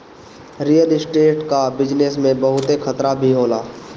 real estate कअ business में बहुते खतरा भी होला